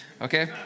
Okay